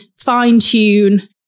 fine-tune